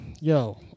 yo